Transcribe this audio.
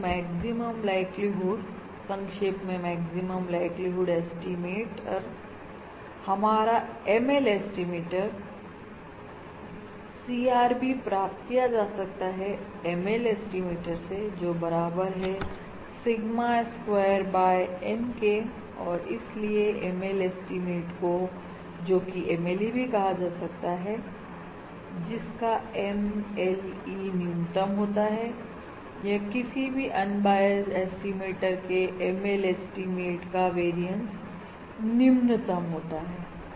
तो मैक्सिमम लाइक्लीहुडसंक्षेप में मैक्सिमम लाइक्लीहुड एस्टिमेटर हमारा ML एस्टिमेटर CRB प्राप्त किया जा सकता है ML एस्टिमेटर से जो बराबर है सिग्मा स्क्वायर बाय N के और इसलिए ML एस्टीमेट को जोकि MLE भी कहा जा सकता है जिसका MLE न्यूनतम होता है या किसी भी अन बायस एस्टिमेटर के लिए ML एस्टीमेट का वेरियस निम्नतम होता है